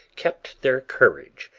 kept their courage,